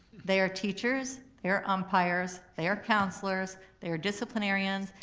they are teachers, they are umpires, they are counselors, they are disciplinarians,